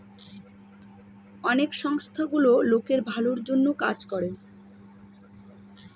অনেক সংস্থা গুলো লোকের ভালোর জন্য কাজ করে